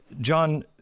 John